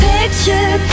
Picture